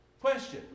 Question